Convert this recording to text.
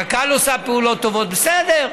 קק"ל עושה פעולות טובות, בסדר,